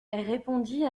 répondit